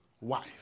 wife